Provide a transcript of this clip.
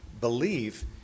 believe